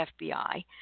FBI